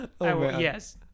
Yes